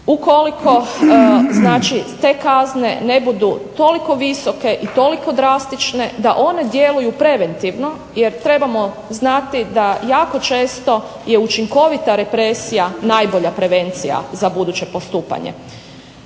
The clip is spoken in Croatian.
Ukoliko znači te kazne ne budu toliko visoke i toliko drastične da one djeluju preventivno jer trebamo znati da jako često je učinkovita represija najbolja prevencija za buduće postupanje.